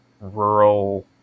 rural